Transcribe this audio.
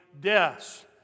deaths